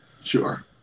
Sure